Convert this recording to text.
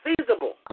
feasible